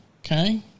Okay